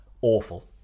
Awful